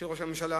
של ראש הממשלה,